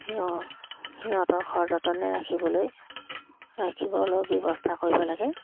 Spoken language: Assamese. সিহঁ সিহঁতক সযতনে ৰাখিবলৈ ৰাখিবলৈ ব্যৱস্থা কৰিব লাগে